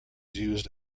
used